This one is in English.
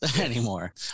anymore